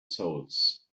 souls